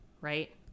right